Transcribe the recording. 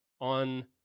on